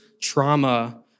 trauma